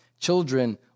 Children